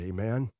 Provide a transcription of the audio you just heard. Amen